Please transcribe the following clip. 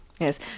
Yes